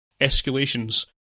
escalations